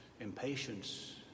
Impatience